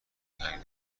سنگ